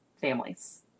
families